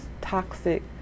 toxic